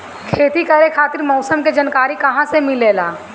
खेती करे खातिर मौसम के जानकारी कहाँसे मिलेला?